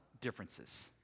differences